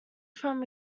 from